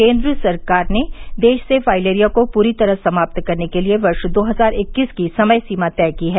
केन्द्र सरकार ने देश से फाइलेरिया को पूरी तरह समाप्त करने के लिए वर्ष दो हजार इक्कीस की समय सीमा तय की है